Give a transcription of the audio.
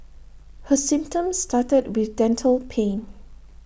her symptoms started with dental pain